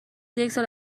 یکسال